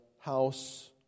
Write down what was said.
house